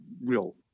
real